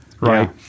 right